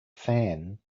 fan